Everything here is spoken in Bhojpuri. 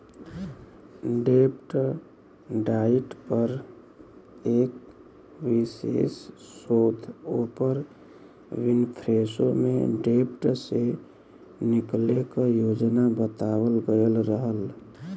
डेब्ट डाइट पर एक विशेष शोध ओपर विनफ्रेशो में डेब्ट से निकले क योजना बतावल गयल रहल